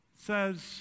says